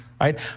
right